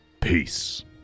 Peace